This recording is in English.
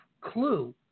clue